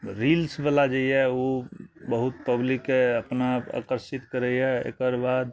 रील्सवला जे यऽ उ बहुत पब्लिकके अपना आकर्षित करइए एकरबाद